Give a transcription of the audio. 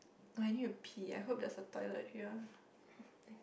oh I need to pee I hope there's a toilet here